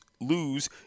lose